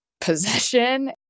possession